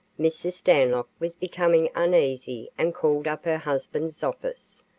mrs. stanlock was becoming uneasy and called up her husband's office,